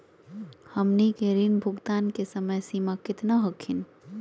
हमनी के ऋण भुगतान के समय सीमा केतना हखिन?